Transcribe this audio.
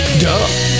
duh